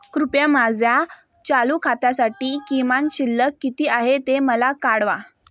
कृपया माझ्या चालू खात्यासाठी किमान शिल्लक किती आहे ते मला कळवा